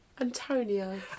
Antonio